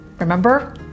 Remember